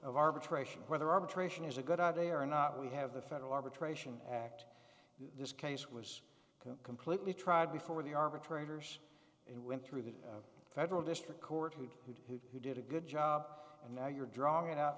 of arbitration whether arbitration is a good idea or not we have the federal arbitration act this case was completely tried before the arbitrator's it went through the federal district court who would who who did a good job and now you're drawing